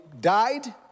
died